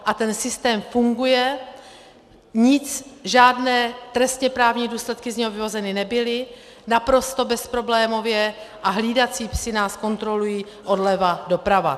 A ten systém funguje, nic, žádné trestněprávní důsledky z něho vyvozeny nebyly, naprosto bezproblémově a hlídací psi nás kontrolují odleva doprava.